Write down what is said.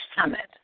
summit